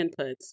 inputs